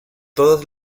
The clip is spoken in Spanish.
todas